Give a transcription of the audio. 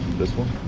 this one